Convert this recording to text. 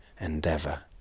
endeavor